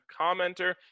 commenter